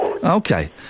Okay